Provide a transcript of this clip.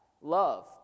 Love